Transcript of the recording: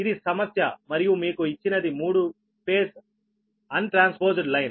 ఇది సమస్య మరియు మీకు ఇచ్చినది 3 ఫేజ్ అన్ ట్రాన్స్పోజ్డ్ లైన్